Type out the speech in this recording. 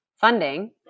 funding